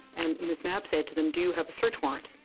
and miss mapp said to them, do you have a search warrant?